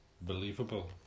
believable